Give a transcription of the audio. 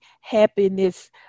happiness